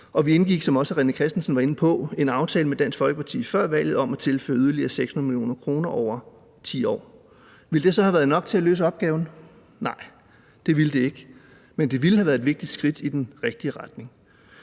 vi indgik, hvad også René Christensen var inde på, før valget en aftale med Dansk Folkeparti om at tilføre yderligere 6 mio. kr. over 10 år. Ville det så have været nok til at løse opgaven? Nej, det ville det ikke, men det ville have været et vigtigt skridt i den rigtige retning.